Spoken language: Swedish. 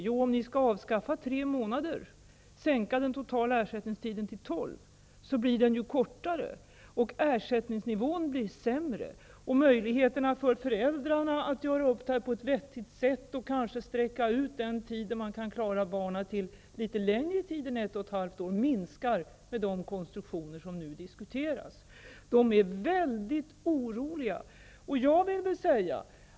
Skall ni avskaffa tre månader, dvs. sänka den totala ersättningstiden till tolv månader, blir tiden kortare. Ersättningsnivån blir sämre och möjligheten för föräldrarna att komma överens om hur man på ett vettigt sätt kan sträcka ut tiden, för att kunna vara hemma hos barnen litet längre än ett och ett halvt år, minskar med de konstruktioner som nu diskuteras. De här människorna är väldigt oroliga.